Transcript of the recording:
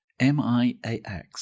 MIAX